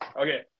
Okay